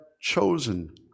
chosen